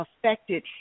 affected